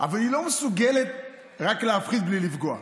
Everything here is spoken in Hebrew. אבל היא לא מסוגלת רק להפחית, בלי לפגוע,